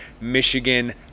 Michigan